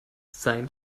sein